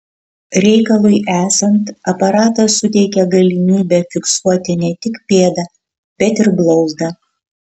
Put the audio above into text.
reikalui esant aparatas suteikia galimybę fiksuoti ne tik pėdą bet ir blauzdą